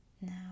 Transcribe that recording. Now